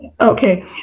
Okay